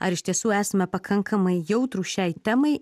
ar iš tiesų esame pakankamai jautrūs šiai temai